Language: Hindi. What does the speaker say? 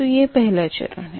तो ये पहला चरण है